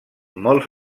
molts